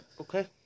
Okay